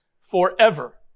forever